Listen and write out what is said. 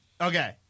okay